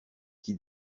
qui